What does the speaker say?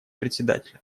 председателя